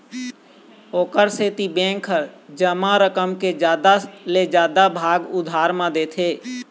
ओखर सेती बेंक ह जमा रकम के जादा ले जादा भाग उधार म देथे